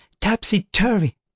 topsy-turvy